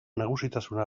nagusitasuna